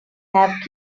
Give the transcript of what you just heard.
have